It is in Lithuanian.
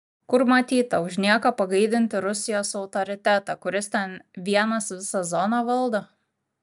kur matyta už nieką pagaidinti rusijos autoritetą kuris ten vienas visą zoną valdo